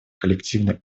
коллективный